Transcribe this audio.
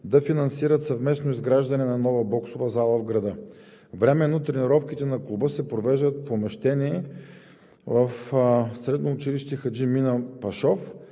да финансират съвместно изграждане на нова боксова зала в града. Временно тренировките на клуба се провеждат в помещение в Средно училище „Хаджи Мина Пашов“,